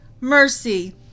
mercy